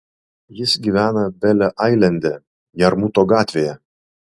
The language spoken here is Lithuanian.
jis gyvena bele ailande jarmuto gatvėje